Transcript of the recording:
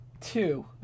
two